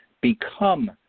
become